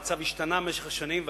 המצב השתנה במשך השנים,